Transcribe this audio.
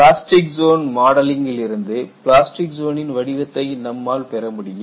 plastic zone modelling கிலிருந்து plastic ஜோனின் வடிவத்தை நம்மால் பெறமுடியும்